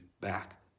back